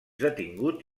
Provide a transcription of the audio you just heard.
detingut